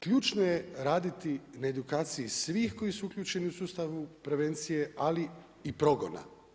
Ključno je raditi na edukaciji svih koji su uključeni u sustavu prevencije ali i progona.